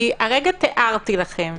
הרגע תיארתי לכם